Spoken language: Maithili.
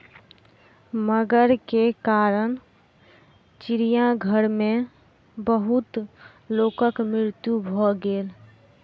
मगर के कारण चिड़ियाघर में बहुत लोकक मृत्यु भ गेल